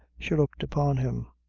she looked upon him.